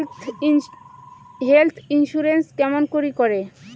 Health insurance কেমন করি করে?